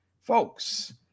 folks